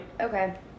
Okay